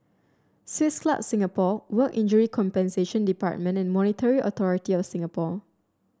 Swiss Club Singapore Work Injury Compensation Department and Monetary Authority Of Singapore